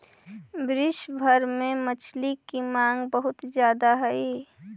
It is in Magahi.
विश्व भर में मछली की मांग बहुत ज्यादा हई